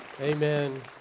Amen